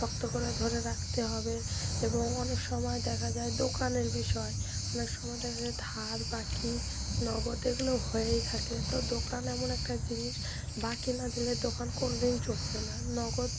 শক্ত করে ধরে রাখতে হবে এবং অনেক সময় দেখা যায় দোকানের বিষয় অনেক সময় দেখা যায় ধার বাকি নগদ এগুলো হয়েই থাকে তো দোকান এমন একটা জিনিস বাকি না দিলে দোকান কোনোদিন চলবে না নগদ